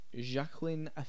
Jacqueline